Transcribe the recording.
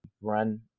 run